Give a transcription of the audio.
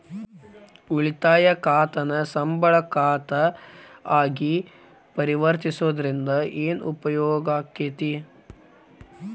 ಉಳಿತಾಯ ಖಾತಾನ ಸಂಬಳ ಖಾತಾ ಆಗಿ ಪರಿವರ್ತಿಸೊದ್ರಿಂದಾ ಏನ ಉಪಯೋಗಾಕ್ಕೇತಿ?